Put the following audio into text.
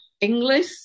English